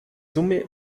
summe